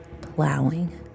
Plowing